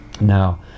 Now